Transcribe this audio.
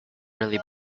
really